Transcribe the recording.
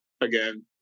again